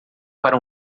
para